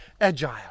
agile